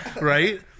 Right